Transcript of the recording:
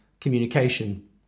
communication